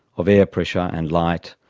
of air pressure and light,